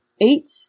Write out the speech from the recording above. eight